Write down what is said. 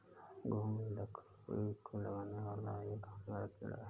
घून लकड़ी को लगने वाला एक हानिकारक कीड़ा है